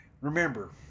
remember